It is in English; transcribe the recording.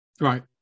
Right